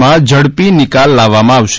માં ઝડપી નિકાલ લાવવામાં આવશે